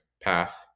path